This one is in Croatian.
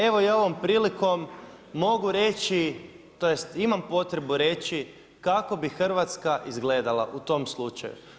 Evo ja ovom prilikom mogu reći tj. imam potrebu reći kako bi Hrvatska izgledala u tom slučaju.